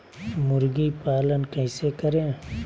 मुर्गी पालन कैसे करें?